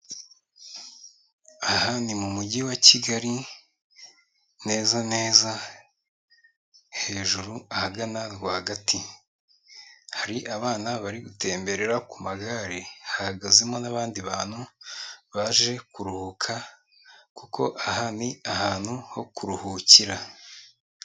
Aha ni mu Mujyi wa Kigali, neza neza hejuru ahagana rwagati. Hari abana bari gutemmberera ku magari, hahagazemo n'abandi bantu baje kuruhuka kuko aha ni ahantu ho kuruhukira.